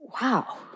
wow